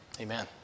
amen